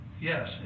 yes